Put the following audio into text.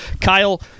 kyle